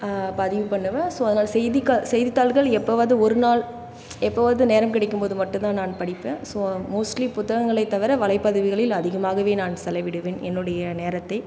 பதிவு பண்ணுவேன் ஸோ அதனால் செய்திக செய்தித்தாள்கள் எப்போவாவது ஒரு நாள் எப்போவாது நேரம் கிடைக்கும் போது மட்டும் தான் நான் படிப்பேன் ஸோ மோஸ்ட்லி புத்தகங்களை தவிர வலைப்பதிவுகளில் அதிகமாகவே நான் செலவிடுவேன் என்னுடைய நேரத்தை